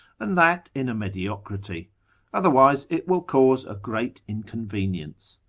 and that in a mediocrity otherwise it will cause a great inconvenience.